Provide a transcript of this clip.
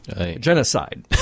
Genocide